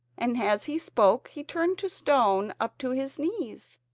and as he spoke he turned to stone up to his knees.